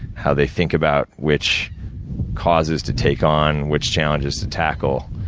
how they think about which causes to take on, which challenges to tackle,